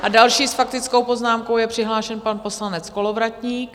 A další s faktickou poznámkou je přihlášen pan poslanec Kolovratník.